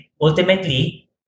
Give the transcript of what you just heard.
ultimately